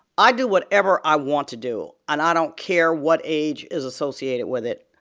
i do whatever i want to do, and i don't care what age is associated with it.